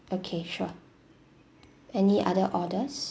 okay sure any other orders